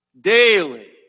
Daily